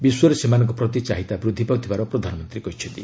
ବିଶ୍ୱରେ ସେମାନଙ୍କ ପ୍ରତି ଚାହିଦା ବୃଦ୍ଧି ପାଉଥିବାର ପ୍ରଧାନମନ୍ତ୍ରୀ କହିଛନ୍ତି